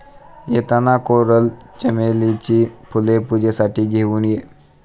येताना कोरल चमेलीची फुले पूजेसाठी घेऊन ये